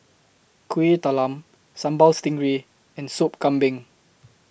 Kuih Talam Sambal Stingray and Sop Kambing